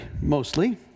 mostly